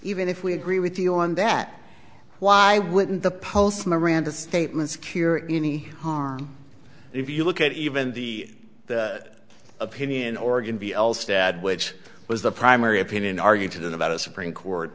even if we agree with you on that why wouldn't the post miranda statements cure any harm if you look at even the opinion organ v l stad which was the primary opinion argue to them about a supreme court